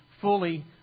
fully